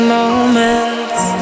moments